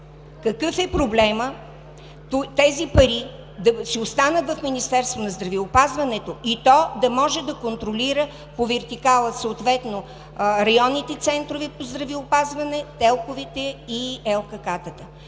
Какъв е проблемът тези пари да си останат в Министерството на здравеопазването и то да може да контролира по вертикала съответно районните центрове по здравеопазване, ТЕЛК-овете и ЛКК-та.